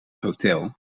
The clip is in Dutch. hotel